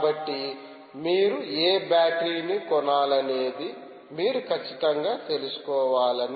కాబట్టి మీరు ఏ బ్యాటరీ ని కొనాలనేది మీరు ఖచ్చితంగా తెలుసుకోవాలని